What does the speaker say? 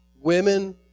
women